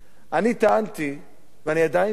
אני טענתי, ואני עדיין טוען,